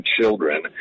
children